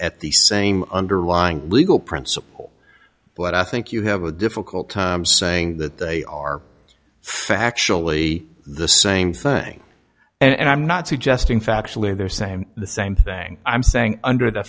at the same underlying legal principle but i think you have a difficult time saying that they are factually the same thing and i'm not suggesting factually they're saying the same thing i'm saying under the